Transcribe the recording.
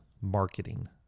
marketing